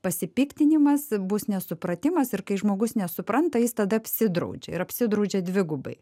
pasipiktinimas bus nesupratimas ir kai žmogus nesupranta jis tada apsidraudžia ir apsidraudžia dvigubai